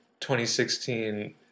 2016